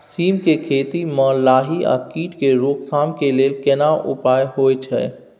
सीम के खेती म लाही आ कीट के रोक थाम के लेल केना उपाय होय छै?